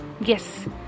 yes